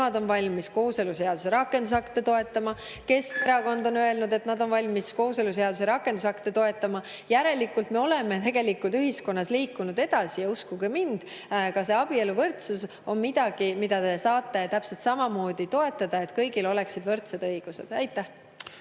nemad on valmis kooseluseaduse rakendusakte toetama, Keskerakond on öelnud, et nad on valmis kooseluseaduse rakendusakte toetama. Järelikult me oleme ühiskonnas liikunud edasi. Uskuge mind, ka abieluvõrdsus on midagi, mida te saate täpselt samamoodi toetada, et kõigil oleksid võrdsed õigused. Teie